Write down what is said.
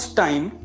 time